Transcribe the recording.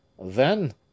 Then